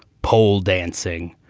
pole dancing.